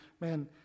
man